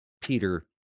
Peter